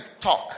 talk